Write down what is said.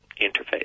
interface